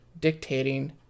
dictating